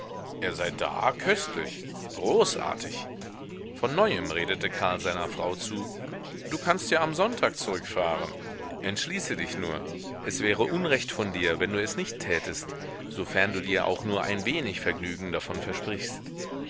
er sei da köstlich großartig von neuem redete karl seiner frau zu du kannst ja am sonntag zurückfahren entschließe dich nur es wäre unrecht von dir wenn du es nicht tätest sofern du dir auch nur ein wenig vergnügen davon versprichst